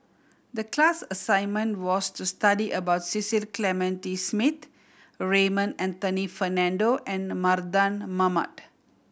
the class assignment was to study about Cecil Clementi Smith Raymond Anthony Fernando and Mardan Mamat